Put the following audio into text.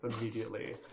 immediately